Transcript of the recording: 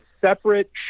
separate